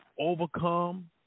overcome